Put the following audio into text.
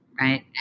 right